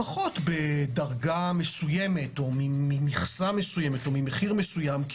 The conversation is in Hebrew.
לפחות בדרגה מסוימת או ממכסה מסוימת או ממחיר מסוים,